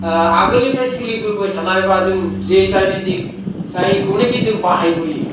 आगोलनिफ्राय सोलिबोबानाय थानाय बा जों जायनो जे जायखौनोखि जों बाहायबोयो